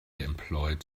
employed